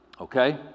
Okay